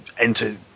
enter